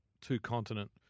two-continent